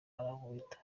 arankubita